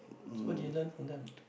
so what did you learn from them